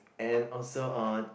and also uh